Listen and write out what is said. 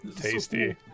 Tasty